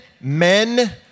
men